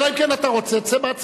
אלא אם כן אתה רוצה, צא בעצמך.